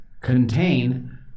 contain